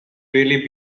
really